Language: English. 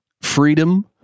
freedom